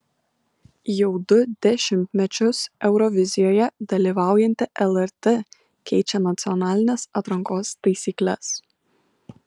jau du dešimtmečius eurovizijoje dalyvaujanti lrt keičia nacionalinės atrankos taisykles